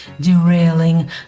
derailing